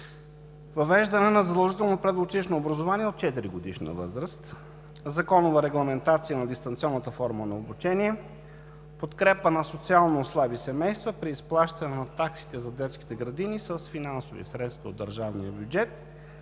въвеждане на задължително предучилищно образование от 4-годишна възраст, законова регламентация на дистанционната форма на обучение, подкрепа на социално слаби семейства при изплащане на таксите за детските градини с финансови средства от държавния бюджет